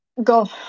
go